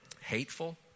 Hateful